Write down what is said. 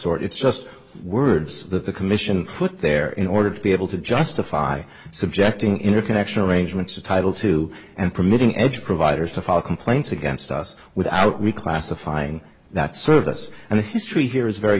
sort it's just words that the commission put there in order to be able to justify subjecting interconnection arrangements to title two and permitting edge providers to file complaints against us without we classifying that service and the history here is very